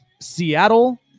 Seattle